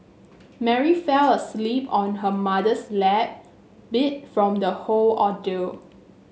Mary fell asleep on her mother's lap beat from the whole ordeal